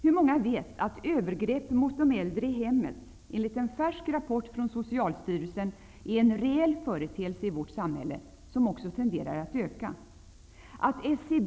Hur många vet att övergrepp mot de äldre i hemmet enligt en färsk rapport från Socialstyrelsen är en företeelse i vårt samhälle som tenderar att öka?